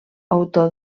autor